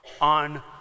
on